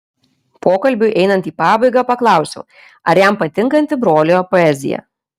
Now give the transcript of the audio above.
pokalbiui einant į pabaigą paklausiau ar jam patinkanti brolio poezija